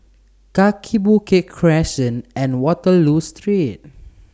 Kaki Bukit Crescent and Waterloo Street